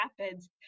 Rapids